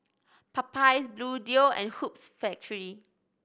Popeyes Bluedio and Hoops Factory